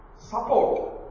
Support